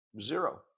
Zero